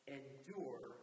endure